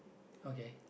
okay